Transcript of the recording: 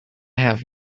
have